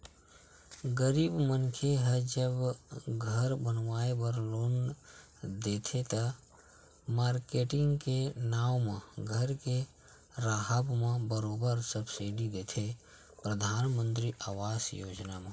गरीब मनखे ह जब घर बनाए बर लोन देथे त, मारकेटिंग के नांव म घर के राहब म बरोबर सब्सिडी देथे परधानमंतरी आवास योजना म